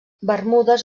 bermudes